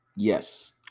Yes